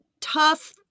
tough